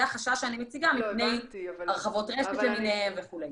זה החשש שאני מציגה מפני הרחבות רשת למיניהן וכו'.